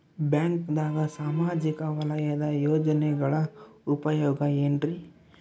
ಬ್ಯಾಂಕ್ದಾಗ ಸಾಮಾಜಿಕ ವಲಯದ ಯೋಜನೆಗಳ ಉಪಯೋಗ ಏನ್ರೀ?